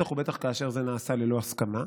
בטח ובטח כאשר זה נעשה ללא הסכמה.